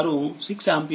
ఇది సుమారు6ఆంపియర్